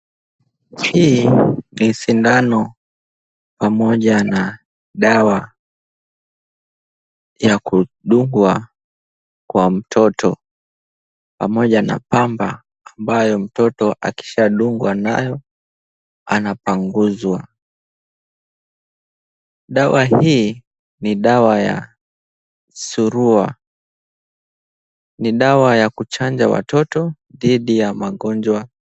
Hii ni sindano pamoja na dawa ya kudungwa kwa mtoto pamoja na pamba ambayo mtoto akishadungwa nayo anapanguzwa. Dawa hii ni dawa ya surua. Ni dawa ya kuchanja watoto dhidi ya magonjwa.